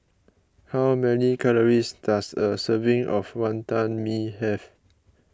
how many calories does a serving of Wantan Mee have